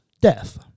death